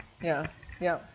ya yup